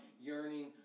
yearning